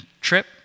trip